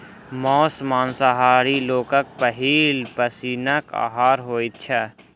मौस मांसाहारी लोकक पहिल पसीनक आहार होइत छै